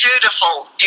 beautiful